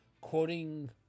quoting